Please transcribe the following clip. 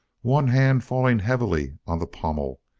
one hand falling heavily on the pommel,